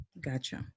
Gotcha